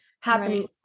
happening